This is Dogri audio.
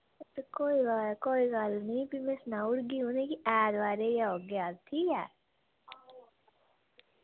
ते कोई गा कोई गल्ल नी फ्ही में सनाउड़गी उ'नेंगी कि ऐतबारें गै औगे अस ठीक ऐ